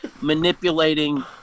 manipulating